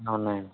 ఉన్నాయండి